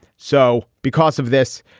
so because of this,